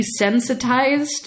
desensitized